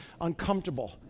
uncomfortable